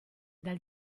dal